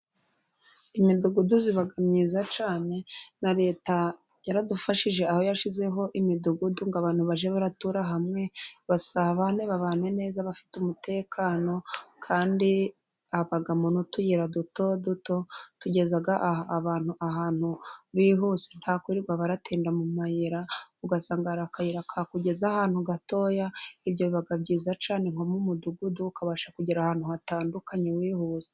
Imidugudu iba myiza cyane, na Leta yaradufashije aho yashyizeho imidugudu, ngo abantu baje batura hamwe basabane, babane neza, bafite umutekano kandi ibamo n'utuyira duto duto tugeza abantu ahantu bihuse nta kuririrwa baratinda mu mayira. Ugasanga hari akayira kakugeza ahantu gatoya. Ibyo bikaba byiza cyane, nko mu mudugudu ukabasha kugera ahantu hatandukanye wihuse.